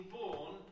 born